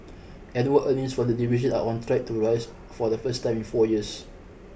annual earnings from the division are on track to rise for the first time in four years